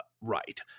right